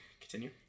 continue